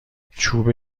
چوب